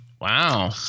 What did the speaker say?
Wow